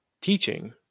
teaching